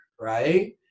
right